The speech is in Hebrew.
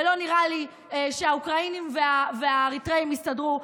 ולא נראה לי שהאוקראינים והאריתריאים יסתדרו,